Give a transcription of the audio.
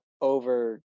over